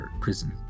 prison